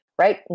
right